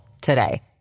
today